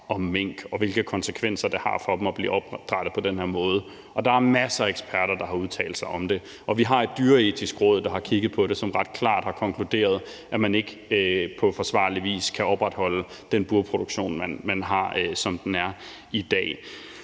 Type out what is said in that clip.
om mink, og hvilke konsekvenser det har for dem at blive opdrættet på den her måde. Og der er masser af eksperter, der har udtalt sig om det. Vi har Det Dyreetiske Råd, som har kigget på det, og som ret klart har konkluderet, at man ikke på forsvarlig vis kan opretholde den burproduktion, man har, og som den er i dag.